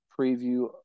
preview